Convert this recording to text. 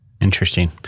Interesting